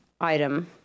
item